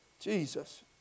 Jesus